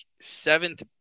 seventh